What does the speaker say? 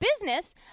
business